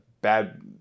bad